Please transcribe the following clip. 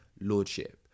lordship